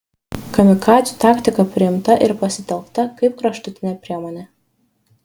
kamikadzių taktika priimta ir pasitelkta kaip kraštutinė priemonė